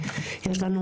יש לנו,